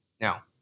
Now